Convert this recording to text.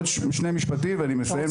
עוד שני משפטים ואני מסיים.